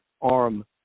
arm